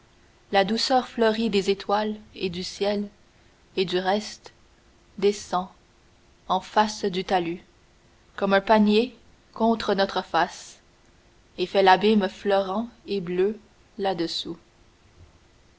la douceur fleurie des étoiles et du ciel et du reste descend en face du talus comme un panier contre notre face et fait l'abîme fleurant et bleu là-dessous